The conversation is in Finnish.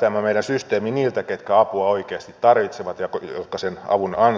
tämä meidän systeemimme niiltä ketkä apua oikeasti tarvitsevat ja jotka sen avun ansaitsevat